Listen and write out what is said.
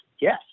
yes